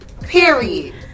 period